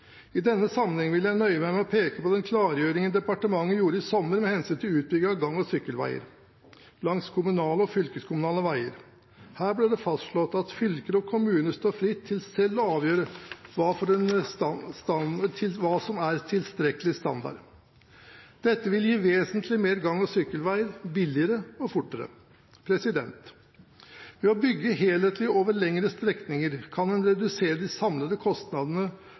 I denne sammenheng vil jeg nøye meg med å peke på den klargjøringen departementet gjorde i sommer med hensyn til utbygging av gang- og sykkelveier langs kommunale og fylkeskommunale veier. Her ble det fastslått at fylker og kommuner står fritt til selv å avgjøre hva som er en tilstrekkelig standard. Dette vil gi vesentlig flere gang- og sykkelveier – billigere og fortere. Ved å bygge helhetlig og over lengre strekninger kan en redusere de samlede kostnadene